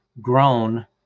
grown